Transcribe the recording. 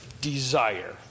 desire